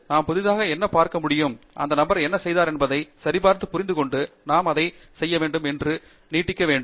நாம் புதிதாக என்ன பார்க்க முடியும் அந்த நபர் என்ன செய்தார் என்பதை சரிபார்க்க நான் என்ன செய்ய வேண்டும் பின்னர் நான் என்ன நீட்டிக்க முடியும்